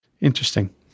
Interesting